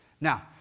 Now